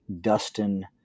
Dustin